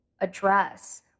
address